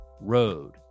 road